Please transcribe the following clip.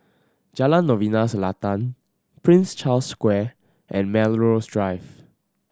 Jalan Novena Selatan Prince Charles Square and Melrose Drive